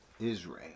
Israel